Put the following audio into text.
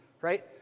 right